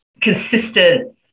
consistent